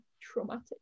traumatic